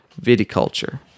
Viticulture